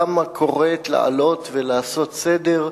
קם הכורת לעלות ולעשות סדר,